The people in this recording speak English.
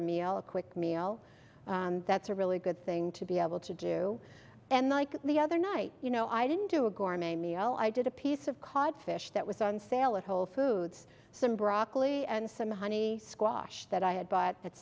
a meal a quick meal that's a really good thing to be able to do and like the other night you know i didn't do a gourmet meal i did a piece of cod fish that was on sale a whole foods some broccoli and some honey squash that i had bought at